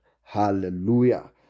Hallelujah